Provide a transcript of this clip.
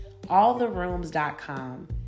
Alltherooms.com